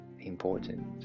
important